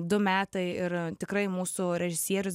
du metai ir tikrai mūsų režisierius